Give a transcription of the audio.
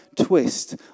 twist